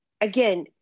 again